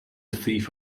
thief